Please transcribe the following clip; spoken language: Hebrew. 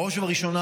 בראש ובראשונה,